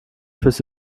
fürs